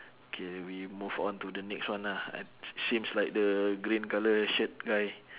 K we move on to the next one ah ah s~ seems like the green colour shirt guy